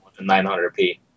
900p